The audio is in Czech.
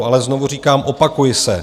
Ale znovu říkám opakuji se.